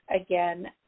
again